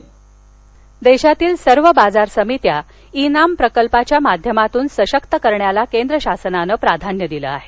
E NAM प्रकल्प देशातील सर्व बाजार समित्या ई नाम प्रकल्पाच्या माध्यमातून सशक्त करण्याला केंद्र शासनाने प्राधान्य दिलं आहे